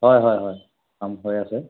হয় হয় হয় কাম হৈ আছে